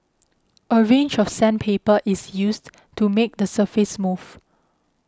a range of sandpaper is used to make the surface smooth